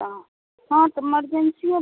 हँ तऽ मरजेन्सियो